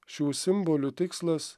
šių simbolių tikslas